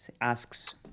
Asks